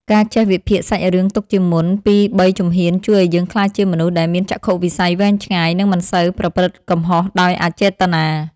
ការចេះវិភាគសាច់រឿងទុកជាមុនពីរបីជំហានជួយឱ្យយើងក្លាយជាមនុស្សដែលមានចក្ខុវិស័យវែងឆ្ងាយនិងមិនសូវប្រព្រឹត្តកំហុសដោយអចេតនា។